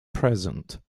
present